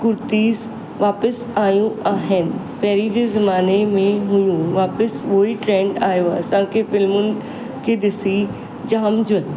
कुर्तीस वापसि आहियूं आहिनि पहिरीं जे ज़माने में हुयूं वापसि उहोई ट्रैंड आयो आहे असांखे फिल्मुनि खे ॾिसी जाम